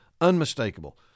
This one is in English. unmistakable